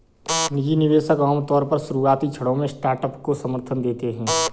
निजी निवेशक आमतौर पर शुरुआती क्षणों में स्टार्टअप को समर्थन देते हैं